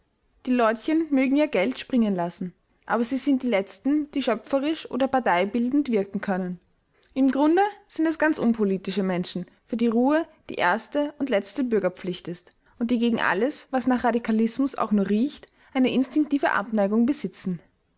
die leutchen mögen ja geld springen lassen aber sie sind die letzten die schöpferisch oder parteibildend wirken können im grunde sind es ganz unpolitische menschen für die ruhe die erste und letzte bürgerpflicht ist und die gegen alles was nach radikalismus auch nur riecht eine instinktive abneigung besitzen